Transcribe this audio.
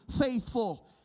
faithful